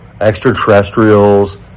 extraterrestrials